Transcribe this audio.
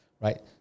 right